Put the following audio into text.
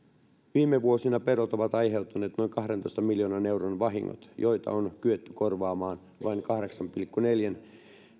viime vuosina pedot ovat aiheuttaneet noin kahdentoista miljoonan euron vahingot joita on kyetty korvaamaan vain kahdeksan pilkku neljän